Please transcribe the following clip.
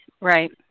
right